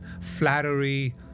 flattery